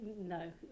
No